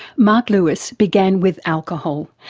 marc lewis began with alcohol,